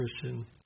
Christian